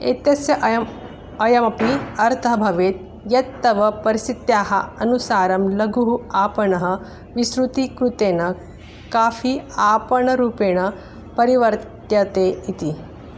एतस्य अयम् अयमपि अर्थः भवेत् यत् तव परिस्थित्याः अनुसारं लघुः आपणः विस्तृतिकृतेन काफ़ि आपणरूपेण परिवर्त्यते इति